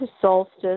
solstice